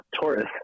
Taurus